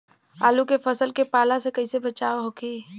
आलू के फसल के पाला से कइसे बचाव होखि?